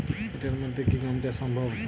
এঁটেল মাটিতে কি গম চাষ সম্ভব?